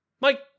Mike